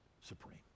supreme